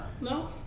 No